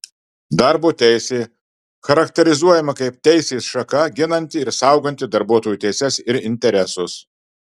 darbo teisė charakterizuojama kaip teisės šaka ginanti ir sauganti darbuotojų teises ir interesus